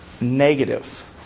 negative